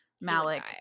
Malik